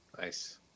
Nice